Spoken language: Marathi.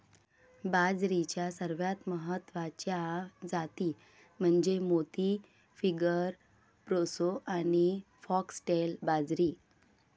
बाजरीच्या सर्वात महत्वाच्या जाती म्हणजे मोती, फिंगर, प्रोसो आणि फॉक्सटेल बाजरी